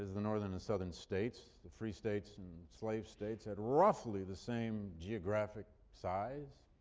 the northern and southern states, the free states and slave states, had roughly the same geographic size.